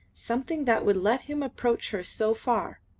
something that would let him approach her so far,